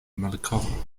malkovro